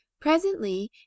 presently